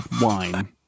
wine